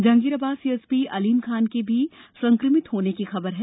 Jahangirabad CSP Aleem Khan के भी संक्रमित होने की खबर हैं